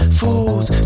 fool's